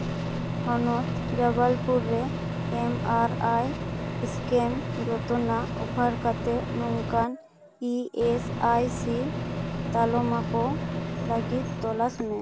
ᱦᱚᱱᱚᱛ ᱡᱚᱵᱵᱚᱞᱯᱩᱨ ᱨᱮ M R I scan ᱡᱳᱡᱚᱱᱟ ᱚᱯᱷᱟᱨ ᱠᱟᱛᱮᱜ ᱱᱚᱝᱠᱟᱱ ᱤ ᱮᱥ ᱟᱭ ᱥᱤ ᱛᱟᱞᱢᱟ ᱠᱚ ᱞᱟᱹᱜᱤᱫ ᱛᱚᱞᱟᱥ ᱢᱮ